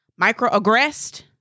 microaggressed